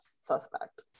suspect